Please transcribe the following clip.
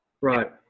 right